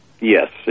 Yes